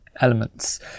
Elements